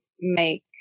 make